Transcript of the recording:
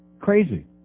Crazy